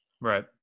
Right